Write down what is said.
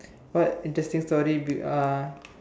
what interesting story be uh